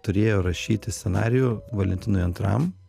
turėjo rašyti scenarijų valentinui antram